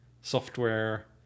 software